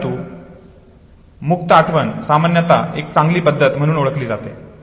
परंतु मुक्त आठवण सामान्यतः एक चांगली पद्धत म्हणून ओळखली जाते